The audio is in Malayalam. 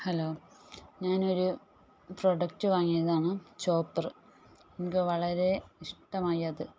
ഹലോ ഞാൻ ഒരു പ്രോഡക്റ്റ് വാങ്ങിയതാണ് ചോപ്പറ് എനിക്ക് വളരെ ഇഷ്ടമായി അത്